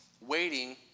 waiting